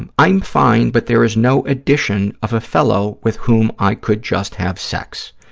i'm i'm fine, but there is no edition of a fellow with whom i could just have sex.